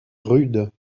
rude